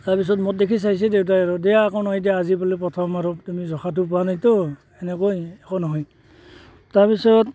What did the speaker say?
তাৰপিছত মোক দেখি চাইছে দেউতাই আৰু দিয়া একো নহয় দিয়া আজি বোলে প্ৰথম আৰু তুমি জোখাটো পোৱা নাইতো এনেকৈ একো নহয় তাৰপিছত